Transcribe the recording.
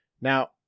Now